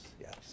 yes